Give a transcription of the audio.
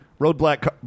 Roadblock